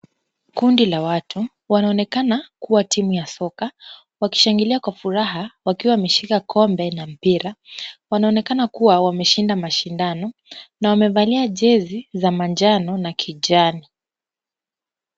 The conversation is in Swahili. Kundi la watu wanaonekana kuwa timu ya soka wakishangilia kwa furaha wakiwa wameshika kombe na mpira. Wanaonekana kuwa wameshinda mashindano na wamevalia jezi za manjano na kijani.